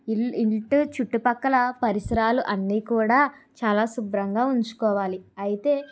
ఇ ఇంటి చుట్టుపక్కల పరిసరాలు అన్నీ కూడా చాలా శుభ్రంగా ఉంచుకోవాలి అయితే